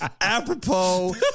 apropos